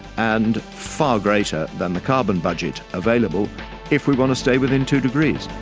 and far greater than the carbon budget available if we want to stay within two degrees.